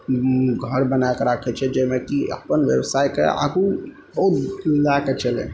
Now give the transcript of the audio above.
घर बनाए कऽ राखै छै जाहिमे कि अपन व्यवसायके आगू लए कऽ चलै